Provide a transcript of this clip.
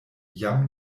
jam